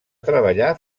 treballar